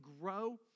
grow